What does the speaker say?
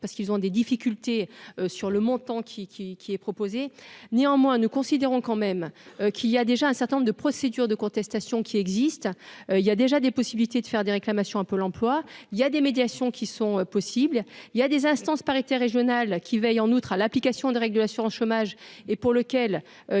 parce qu'ils ont des difficultés sur le montant qui qui qui est proposé, néanmoins nous considérons quand même qu'il y a déjà un certain nombre de procédures de contestation qui existe, il y a déjà des possibilités de faire des réclamations à Pôle emploi il y a des médiations qui sont possible, il y a des instances paritaires régionales qui veillent en outre à l'application des règles de l'assurance chômage et pour lequel, qui peuvent être saisis